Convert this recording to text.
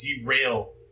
derail